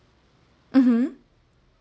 mmhmm